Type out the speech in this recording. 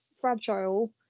fragile